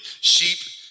sheep